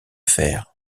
fer